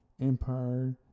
empire